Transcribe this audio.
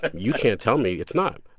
and you can't tell me it's not,